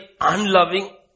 unloving